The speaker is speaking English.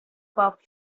pop